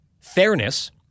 fairness